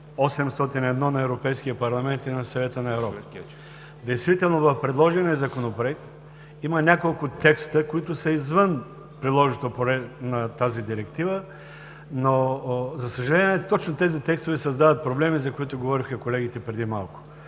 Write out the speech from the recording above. на Европейския парламент и на Съвета на Европа. Действително в предложения законопроект има няколко текста, които са извън приложното поле на тази директива, но, за съжаление, точно тези текстове създават проблеми, за които говориха колегите преди малко.